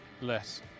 Less